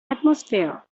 atmosphere